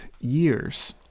years